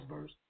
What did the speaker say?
verse